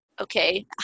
okay